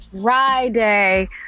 Friday